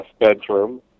bedroom